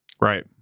Right